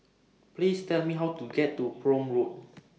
Please Tell Me How to get to Prome Road